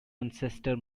ancestor